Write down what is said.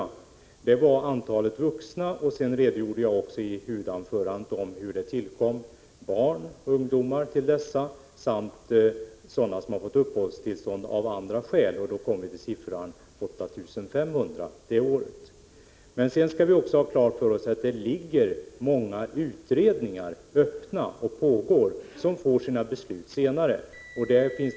Jag avsåg med detta antalet vuxna, och i mitt huvudanförande redogjorde jag för att det tillkom barn och ungdomar samt sådana som fått uppehållstillstånd av andra skäl. Då kommer man fram till siffran 8 500 för det året. Men vi skall också ha klart för oss att vi har många fall där utredning pågår och där beslut kommer att meddelas senare.